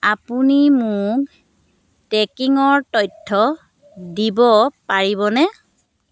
আপুনি মোক ট্ৰেকিঙৰ তথ্য দিব পাৰিবনে